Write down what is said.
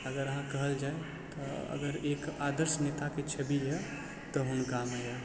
अगर अहाँ कहल जाय तऽ अगर एक आदर्श नेता के छवि यऽ तऽ हुनका मे यऽ